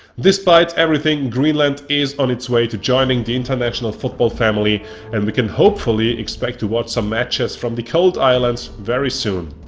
despite everything greenland is on it's way to joining the international football family and we can hopefully expect to watch some matches from the cold island very soon.